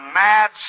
mad